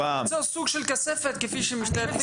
סוג של כספת כפי שמשטרת ישראל --- אני